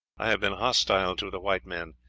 i have been hostile to the white men,